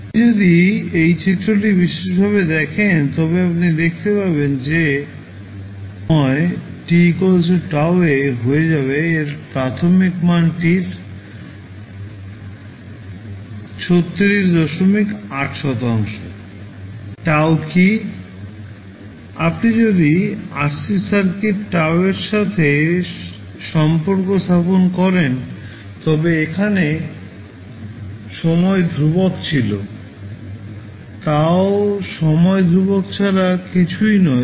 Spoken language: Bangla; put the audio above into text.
আপনি যদি এই চিত্রটি বিশেষভাবে দেখেন তবে আপনি দেখতে পাবেন যে সময় t tau এ হয়ে যাবে এর প্রাথমিক মানটির 368 শতাংশ tau কী আপনি যদি RC সার্কিট টাউয়ের সাথে সম্পর্ক স্থাপন করেন তবে এখানে সময় ধ্রুবক ছিল তাও সময় ধ্রুবক ছাড়া কিছুই নয়